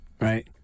right